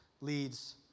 leads